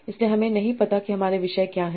इसलिए हमें नहीं पता कि हमारे विषय क्या हैं